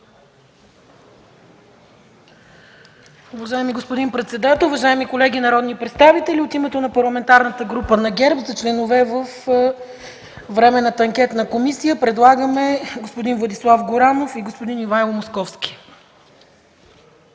Уважаеми господин председател, уважаеми колеги народни представители! От името на Парламентарната група на ГЕРБ за членове във временната анкетна комисия предлагаме господин Владислав Горанов и господин Ивайло Московски.